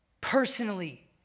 Personally